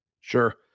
Sure